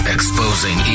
Exposing